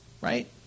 right